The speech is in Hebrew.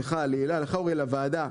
לך, להילה, לך אוריאל, לוועדה,